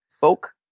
folk